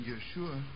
Yeshua